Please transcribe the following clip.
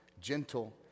gentle